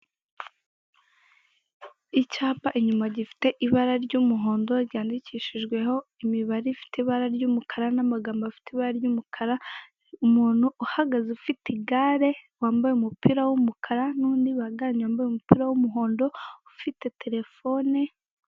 Icyapa inyuma gifite ibara ry'umuhondo ryandikishijweho imibare ifite ry'umukara n'amagambo afite ibara ry'umukara, umuntu uhagaze ufite igare, wambaye umupira w'umukara n'undi bahagararanye wambaye w'umuhondo ufite telefone.